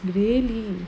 really